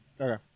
Okay